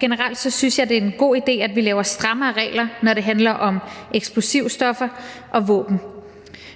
generelt synes jeg, at det er en god idé, at vi laver strammere regler, når det handler om eksplosivstoffer og våben.